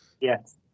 Yes